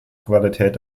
qualität